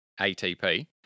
ATP